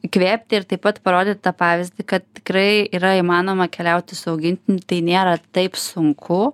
įkvėpti ir taip pat parodyt tą pavyzdį kad tikrai yra įmanoma keliauti su augintiniu tai nėra taip sunku